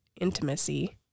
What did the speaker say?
intimacy